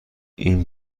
این